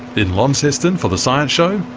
in launceston for the science show,